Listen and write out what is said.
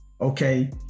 okay